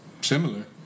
similar